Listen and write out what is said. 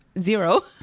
zero